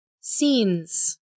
scenes